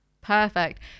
Perfect